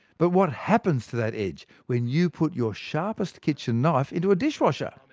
but what happens to that edge when you put your sharpest kitchen knife into a dishwasher?